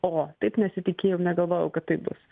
o taip nesitikėjau negalvojau kad taip bus